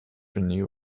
renew